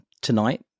tonight